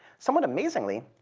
somewhat amazingly,